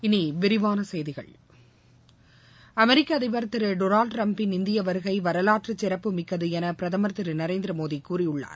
இனி விரிவான செய்திகள் அமெரிக்க அதிபர் திரு டொனால்டு ட்டிரம்பின் இந்திய வருகை வரலாற்று சிறப்புமிக்கது என்று பிரதமர் திரு நரேந்திர மோடி கூறியுள்ளார்